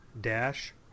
dash